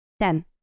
Ten